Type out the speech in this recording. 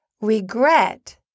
Regret